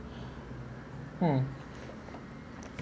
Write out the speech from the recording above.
hmm